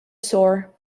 soar